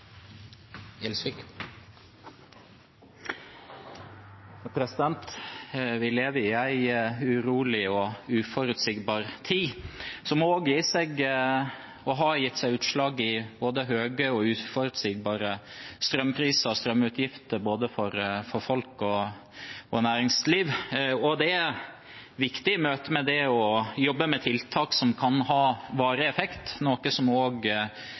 Vi lever i en urolig og uforutsigbar tid, som også har gitt – og gir – seg utslag i både høye og uforutsigbare strømpriser og strømutgifter for både folk og næringsliv. I møte med det er det viktig å jobbe med tiltak som kan ha varig effekt, noe som